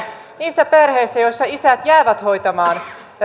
niissä perheissä joissa isät jäävät hoitamaan